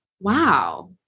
wow